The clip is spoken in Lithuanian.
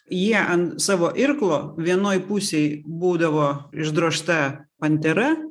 jie ant savo irklo vienoj pusėj būdavo išdrožta pantera